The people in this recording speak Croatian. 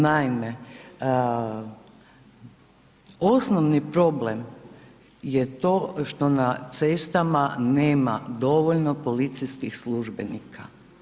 Naime, osnovni problem je to što na cestama nema dovoljno policijskih službenika.